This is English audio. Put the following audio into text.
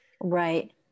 Right